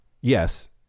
yes